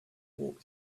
walk